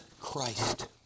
Christ